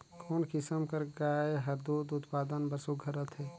कोन किसम कर गाय हर दूध उत्पादन बर सुघ्घर रथे?